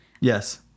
Yes